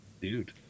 Dude